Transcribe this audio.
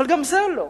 אבל גם זה לא.